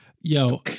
Yo